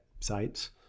sites